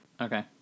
okay